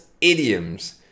idioms